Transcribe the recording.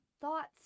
thoughts